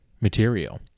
material